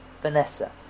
Vanessa